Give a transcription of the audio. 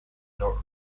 north